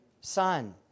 son